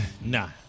Nah